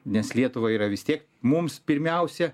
nes lietuva yra vis tiek mums pirmiausia